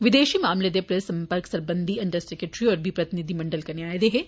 विदेश मामले दे प्रैस सम्पर्क सरबंधी अंडर सैक्ट्री होर बी प्रतिनिधिमंडल कन्नै आए दे हे